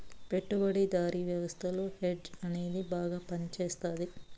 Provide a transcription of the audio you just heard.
పెట్టుబడిదారీ వ్యవస్థలో హెడ్జ్ అనేది బాగా పనిచేస్తది